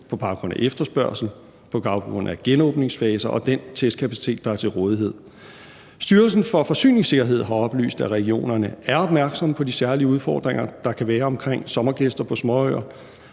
smittetal, efterspørgsel, genåbningsfaser og den testkapacitet, der er til rådighed. Styrelsen for Forsyningssikkerhed har oplyst, at regionerne er opmærksomme på de særlige udfordringer, der kan være, omkring sommergæster på småøer,